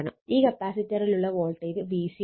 ഈ കപ്പാസിറ്ററിലുള്ള voltage VC ആണ്